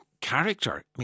character